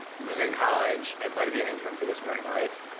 was in college. i applied to be an intern for this american life.